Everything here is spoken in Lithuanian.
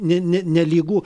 ne ne nelygu